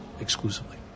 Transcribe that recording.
Exclusively